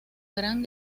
gran